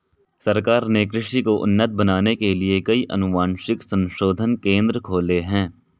सरकार ने कृषि को उन्नत बनाने के लिए कई अनुवांशिक संशोधन केंद्र खोले हैं